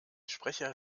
sprecher